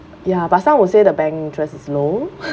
ya but some will say the bank interest is low